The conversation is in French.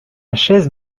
chaise